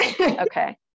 Okay